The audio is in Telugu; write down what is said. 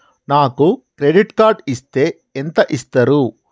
నాకు క్రెడిట్ కార్డు ఇస్తే ఎంత ఇస్తరు?